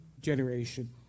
generation